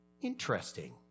interesting